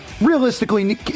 Realistically